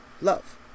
love